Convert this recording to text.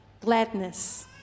gladness